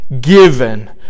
given